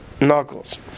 knuckles